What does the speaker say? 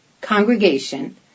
congregation